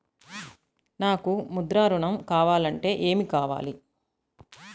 నాకు ముద్ర ఋణం కావాలంటే ఏమి కావాలి?